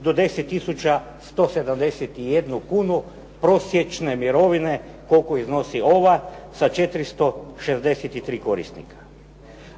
do 10 171 kunu prosječne mirovine koliko iznosi ova sa 463 korisnika.